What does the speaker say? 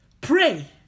Pray